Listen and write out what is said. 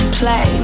play